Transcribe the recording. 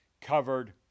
covered